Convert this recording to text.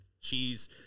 Cheese